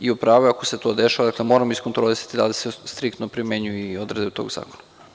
I u pravu je, ako se to dešava, dakle, moramo iskontrolisati da li se striktno primenjuju i odredbe tog zakona.